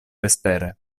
vespere